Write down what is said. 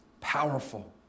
powerful